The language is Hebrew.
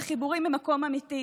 לציבור הישראלי.